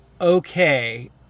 okay